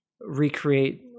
recreate